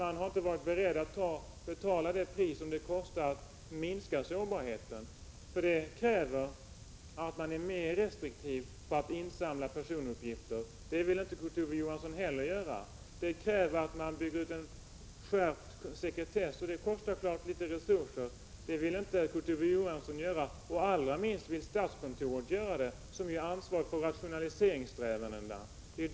Man har inte varit beredd att betala priset för att minska sårbarheten. Det kräver nämligen att man är mer restriktiv när det gäller att samla in personuppgifter. Det vill inte Kurt Ove Johansson. Det kräver att man bygger ut sekretessen, och det kostar självfallet en del resurser. Det vill inte Kurt Ove Johansson, och allra minst vill statskontoret det. Statskontoret är ju ansvarigt för rationaliseringssträvandena.